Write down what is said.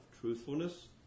truthfulness